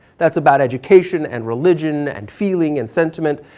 that's about education and religion and feeling and sentiment.